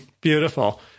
Beautiful